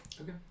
Okay